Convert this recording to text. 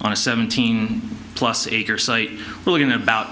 on a seventeen plus acre site well in about